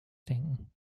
denken